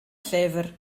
llyfr